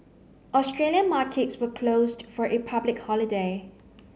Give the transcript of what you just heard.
Australian markets were closed for a public holiday